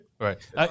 Right